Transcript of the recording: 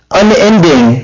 unending